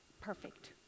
perfect